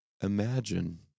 imagine